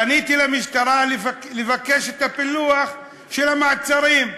פניתי למשטרה לבקש את הפילוח של המעצרים,